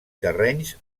terrenys